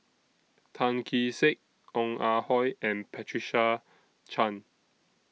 Tan Kee Sek Ong Ah Hoi and Patricia Chan